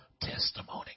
testimony